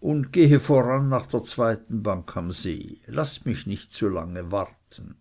und gehe voran nach der zweiten bank am see laßt mich nicht zu lange warten